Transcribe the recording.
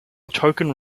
token